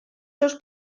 seus